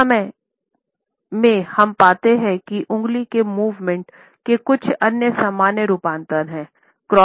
उस समय में हम पाते हैं कि उंगली के मूवमेंट के कुछ अन्य सामान्य रूपांतर हैं